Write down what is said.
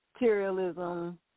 materialism